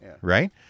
right